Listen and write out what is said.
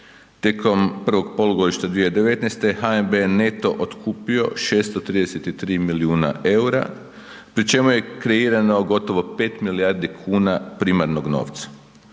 Tijekom prvog polugodišta 2019. HNB je neto otkupio 633 milijuna EUR-a, pri čemu je kreirano gotovo 5 milijardi kuna primarnog novca.